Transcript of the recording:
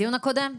בדיון הקודם.